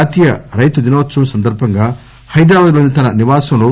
జాతీయ రైతు దినోత్సవం సందర్భంగా హైదరాబాద్లోని తన నివాసంలో